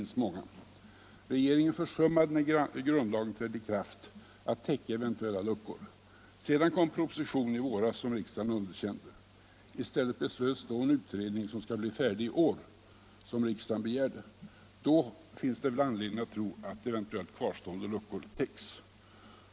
När grundlagen trädde i kraft försummade regeringen att täcka eventuella luckor. Sedan lades det i våras fram en proposition, som riksdagen underkände. I stället begärde riksdagen en utredning, som skall bli färdig med sitt arbete i år. Då finns det väl anledning tro att eventuellt kvarstående luckor blir tilltäppta.